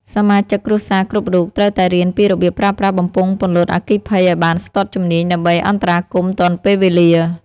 សមាជិកគ្រួសារគ្រប់រូបត្រូវតែរៀនពីរបៀបប្រើប្រាស់បំពង់ពន្លត់អគ្គិភ័យឱ្យបានស្ទាត់ជំនាញដើម្បីអន្តរាគមន៍ទាន់ពេលវេលា។